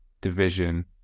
division